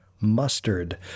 mustard